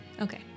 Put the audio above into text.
Okay